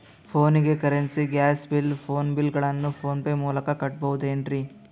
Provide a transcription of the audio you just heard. ಫೋನಿಗೆ currency, gas bill, phone bill ಗಳನ್ನು PhonePe ಮೂಲಕ ಕಟ್ಟಬಹುದೇನ್ರಿ?